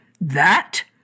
That